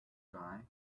guy